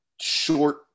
short